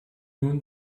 nun